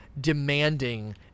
demanding